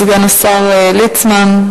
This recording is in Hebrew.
ואחריו, סגן השר ליצמן,